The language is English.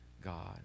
God